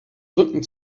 rücken